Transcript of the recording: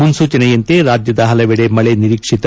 ಮುನ್ಲೂಚನೆಯಂತೆ ರಾಜ್ಯದ ಪಲವೆಡೆ ಮಳೆ ನಿರೀಕ್ಷಿತ